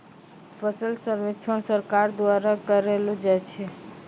फसल सर्वेक्षण सरकार द्वारा करैलो जाय छै